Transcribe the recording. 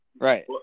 Right